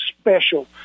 special